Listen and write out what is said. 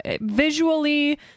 visually